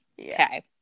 Okay